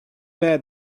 bad